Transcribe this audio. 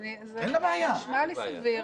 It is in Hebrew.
זה נשמע לי סביר,